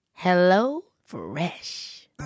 HelloFresh